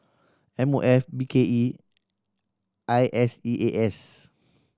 M O F B K E I S E A S